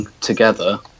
together